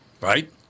Right